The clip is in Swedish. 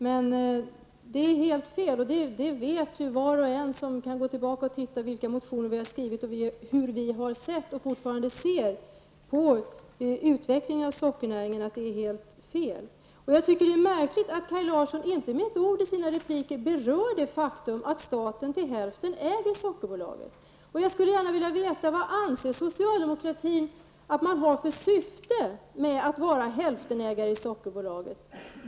Men detta är helt fel, och var och en kan gå tillbaka och titta vilka motioner som vi har väckt och läsa hur vi har sett och fortfarande ser på utvecklingen av sockernäringen. Jag tycker att det är märkligt att Kaj Larsson inte med ett ord i sina repliker berör det faktum att staten till hälften äger Sockerbolaget. Jag skulle gärna vilja veta vad socialdemokratin anser sig ha för syfte med att vara hälftenägare i Sockerbolaget.